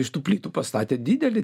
iš tų plytų pastatė didelį